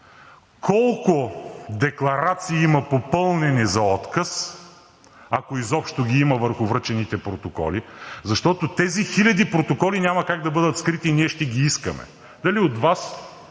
колко декларации има, попълнени за отказ, ако изобщо ги има върху връчените протоколи. Защото тези хиляди протоколи няма как да бъдат скрити и ние ще ги искаме – дали от Вас,